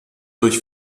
durch